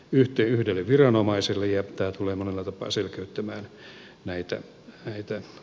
tämä tulee monella tapaa selkeyttämään näitä tulkintoja